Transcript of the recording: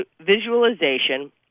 visualization